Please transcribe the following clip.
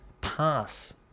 pass